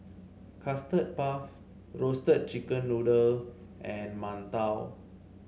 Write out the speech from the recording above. Custard Puff Roasted Chicken Noodle and mantou